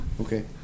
Okay